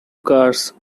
cars